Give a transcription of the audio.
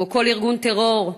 כמו כל ארגון טרור אחר,